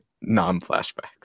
non-flashbacks